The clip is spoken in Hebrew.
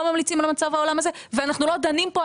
ממליצים על מצב העולם הזה ואנחנו לא דנים פה,